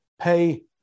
pay